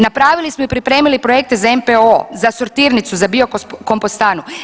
Napravili smo i pripremili projekte za NPOO, za sortirnicu, za biokompostanu.